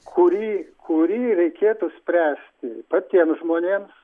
kurį kurį reikėtų spręsti patiem žmonėms